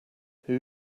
who